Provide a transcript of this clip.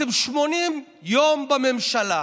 אתם 80 יום בממשלה.